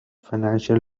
financial